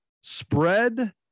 spread